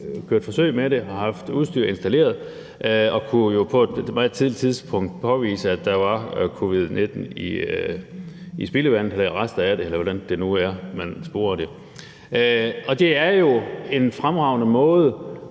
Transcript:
haft forsøg med det og haft udstyr installeret og på et meget tidligt tidspunkt kunne påvise, at der var covid-19 eller rester af det i spildevandet, eller hvordan man nu sporer det. Det er jo en fremragende måde